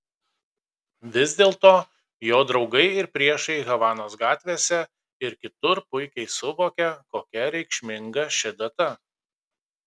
vis dėlto jo draugai ir priešai havanos gatvėse ir kitur puikiai suvokia kokia reikšminga ši data